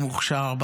מוכשר,